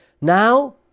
now